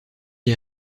est